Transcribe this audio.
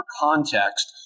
context